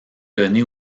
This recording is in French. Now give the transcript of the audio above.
donner